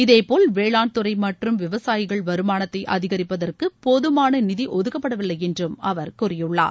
இதபோல் வேளாண்துறைமற்றும் விவசாயிகள் வருமானத்தைஅதிகரிப்பதற்குபோதுமானநிதிஒதுக்கப்படவில்லைஎன்றும் அவர் கூறியுள்ளார்